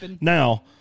Now